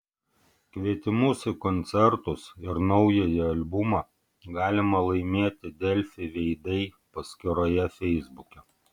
kvietimus į koncertus ir naująjį albumą galima laimėti delfi veidai paskyroje feisbuke